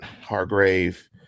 Hargrave